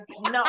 no